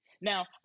Now